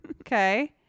okay